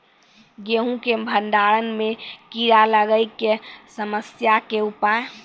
गेहूँ के भंडारण मे कीड़ा लागय के समस्या के उपाय?